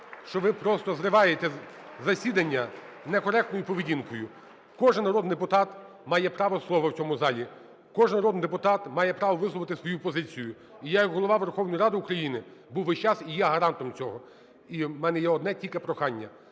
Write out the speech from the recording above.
що ви просто зриваєте засідання некоректною поведінкою. Кожен народний депутат має право слова в цьому залі, кожен народний депутат має право висловити свою позицію. І я як Голова Верховної Ради України був весь час і є гарантом цього. У мене є одне тільки прохання: